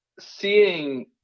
seeing